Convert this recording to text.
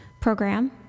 program